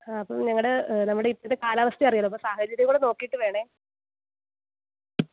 ആ അപ്പം ഞങ്ങളുടെ നമ്മുടെ ഇപ്പോഴത്തെ കാലാവസ്ഥ അറിയാമല്ലോ അപ്പം സാഹചര്യം കൂടെ നോക്കിയിട്ട് വേണേ